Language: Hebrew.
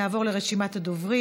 נעבור לרשימת הדוברים.